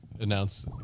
announce